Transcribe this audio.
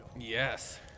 Yes